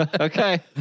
Okay